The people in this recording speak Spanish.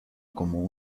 como